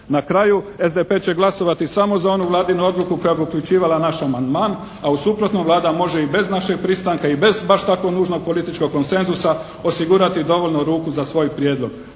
Na kraju, SDP će glasovati samo za onu Vladinu odluku koja bi uključivala naš amandman a u suprotnom Vlada može i bez našeg pristanka i bez baš tako nužnog političkog konsenzusa osigurati dovoljno ruku za svoj prijedlog.